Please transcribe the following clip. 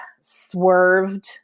swerved